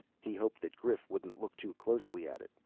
he hoped that grif wouldn't look too closely at it.